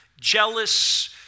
jealous